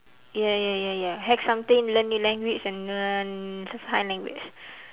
ya ya ya ya hack something learn new language and learn s~ sign language